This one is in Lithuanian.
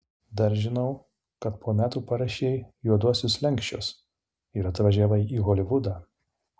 dar žinau kad po metų parašei juoduosius slenksčius ir atvažiavai į holivudą